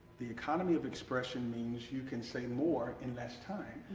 the economy of expression means you can say more in less time.